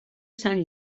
sant